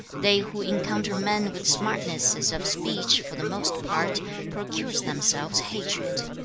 they who encounter men with smartnesses of speech for the most part procure themselves hatred.